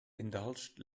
indulged